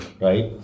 right